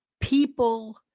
people